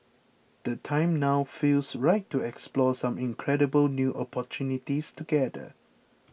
the time now feels right to explore some incredible new opportunities together